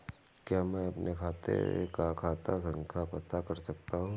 क्या मैं अपने खाते का खाता संख्या पता कर सकता हूँ?